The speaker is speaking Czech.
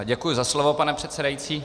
Děkuji za slovo, pane předsedající.